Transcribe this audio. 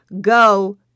go